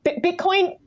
Bitcoin